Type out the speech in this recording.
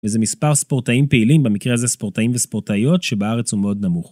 וזה מספר ספורטאים פעילים, במקרה הזה ספורטאים וספורטאיות, שבארץ הוא מאוד נמוך.